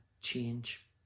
change